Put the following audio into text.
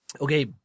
Okay